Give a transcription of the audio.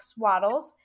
swaddles